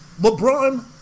LeBron